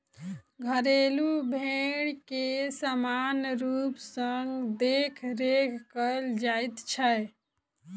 घरेलू भेंड़ के सामान्य रूप सॅ देखरेख कयल जाइत छै